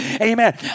Amen